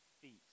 feet